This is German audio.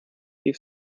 rief